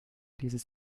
dieses